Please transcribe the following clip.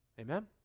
Amen